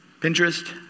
Pinterest